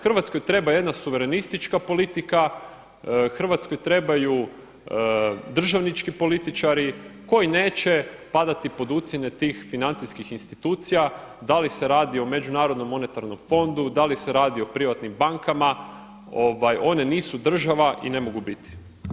Hrvatskoj treba jedna suverenistička politika, Hrvatskoj trebaju državni političari koji neće padati pod ucjene tih financijskih institucija, da li se radi o međunarodnom monetarnom fondu, da li se radi o privatnim bankama, one nisu država i ne mogu biti.